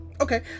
Okay